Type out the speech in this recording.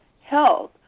health